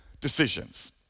decisions